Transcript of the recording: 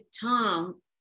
Tom